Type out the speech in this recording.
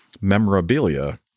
memorabilia